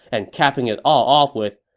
and capping it all off with,